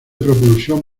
propulsión